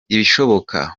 ibishoboka